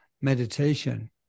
meditation